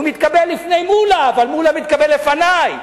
הוא מתקבל לפני מולה, אבל מולה מתקבל לפני.